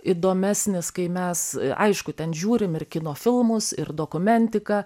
įdomesnis kai mes aišku ten žiūrim ir kino filmus ir dokumentiką